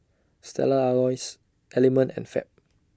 Stella Artois Element and Fab